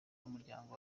w’umuryango